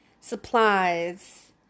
supplies